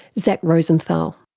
zach rosenthal.